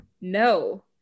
no